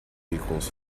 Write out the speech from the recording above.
equals